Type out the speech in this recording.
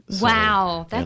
Wow